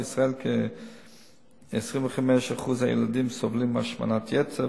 בישראל כ-25% מהילדים סובלים מהשמנת יתר,